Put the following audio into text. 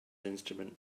instrument